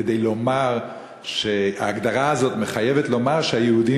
כדי לומר שההגדרה הזאת מחיבת לומר שהיהודים